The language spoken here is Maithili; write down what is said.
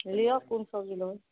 लिअ कोन सब्जी लेबै